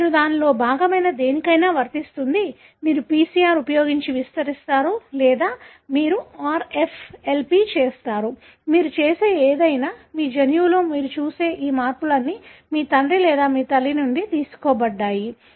మీరు దానిలో భాగమైన దేనికైనా వర్తిస్తుంది మీరు PCR ఉపయోగించి విస్తరిస్తారు లేదా మీరు RFLP చేస్తారు మీరు చేసే ఏదైనా మీ జన్యువులో మీరు చూసే ఈ మార్పులన్నీ మీ తండ్రి లేదా మీ తల్లి నుండి తీసుకోబడ్డాయి